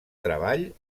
treball